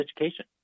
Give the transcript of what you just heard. education